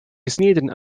gesneden